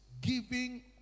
giving